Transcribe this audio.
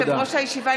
ברשות יושב-ראש הישיבה,